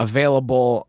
Available